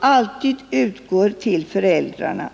alltid skall utgå till föräldrarna.